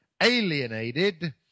alienated